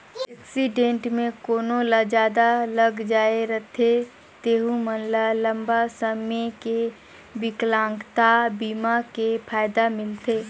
accident मे कोनो ल जादा लग जाए रथे तेहू मन ल लंबा समे के बिकलांगता बीमा के फायदा मिलथे